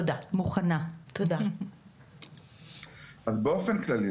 אני אומר באופן כללי,